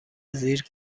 زیر